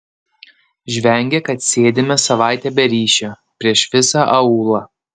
žvengia kad sėdime savaitę be ryšio prieš visą aūlą